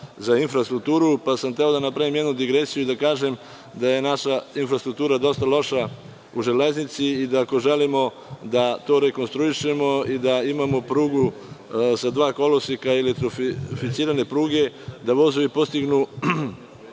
za infrastrukturu. Hteo sam da napravim jednu digresiju i da kažem da je naša infrastruktura dosta loša u železnici i da ako želimo da to rekonstruišemo, da imamo prugu sa dva koloseka i elektrificirane pruge, da vozovi postignu